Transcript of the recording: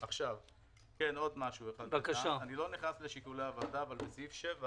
אני לא נכנס לשיקולי הוועדה, אבל בסעיף 7